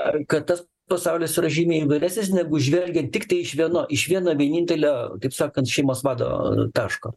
ar kad tas pasaulis yra žymiai įvairesnis negu žvelgiant tiktai iš vieno iš vieno vienintelio kaip sakant šeimos vado taško